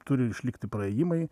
turi išlikti praėjimai